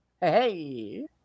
hey